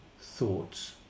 thoughts